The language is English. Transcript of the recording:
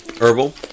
herbal